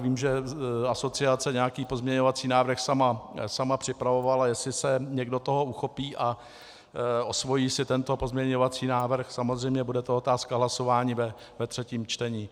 Vím, že asociace nějaký pozměňovací návrh sama připravovala, jestli se toho někdo chopí a osvojí si tento pozměňovací návrh, samozřejmě to bude otázka hlasování ve třetím čtení.